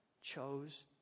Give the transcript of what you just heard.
chose